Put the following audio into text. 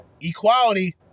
equality